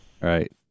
right